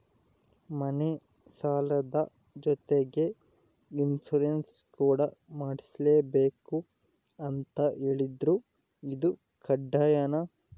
ಮನೆ ಸಾಲದ ಜೊತೆಗೆ ಇನ್ಸುರೆನ್ಸ್ ಕೂಡ ಮಾಡ್ಸಲೇಬೇಕು ಅಂತ ಹೇಳಿದ್ರು ಇದು ಕಡ್ಡಾಯನಾ?